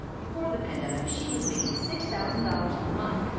before the pandemic she was making six thousand dollars a month.